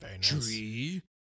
Tree